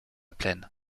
plaine